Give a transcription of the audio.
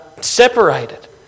separated